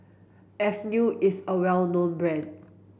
Avene is a well known brand